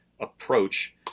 approach